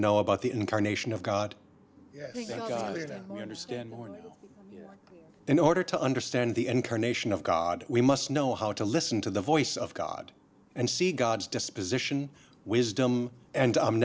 know about the incarnation of god and god that we understand morning in order to understand the incarnation of god we must know how to listen to the voice of god and see god's disposition wisdom and